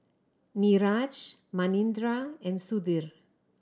Niraj Manindra and Sudhir